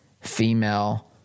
female